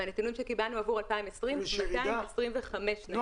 ומהנתונים שקיבלנו עבור 2020 225 ניידות.